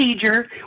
procedure